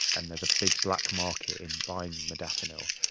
and there's a big black market in buying modafinil.